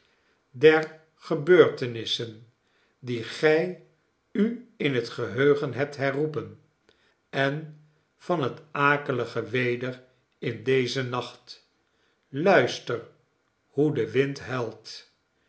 der gebeurtenissen die gij u in het geheugen hebt herroepen en van het akelige weder in dezen nacht luister hoe de wind huilt